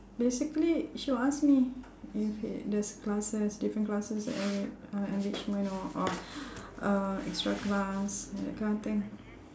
basically she will ask me if it there's classes different classes uh enrichment or or uh extra class that kind of thing